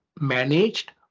managed